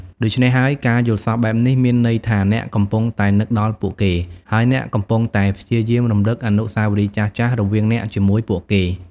ដូច្នេះហើយ ការយល់សប្តិបែបនេះ មានន័យថា អ្នកកំពុងតែនឹកដល់ពួកគេ ហើយអ្នកកំពុងតែព្យាយាមរំលឹក អនុស្សាវរីយ៍ចាស់ៗ រវាងអ្នកជាមួយពួកគេ។